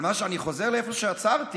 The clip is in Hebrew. אבל אני חוזר לאן שעצרתי.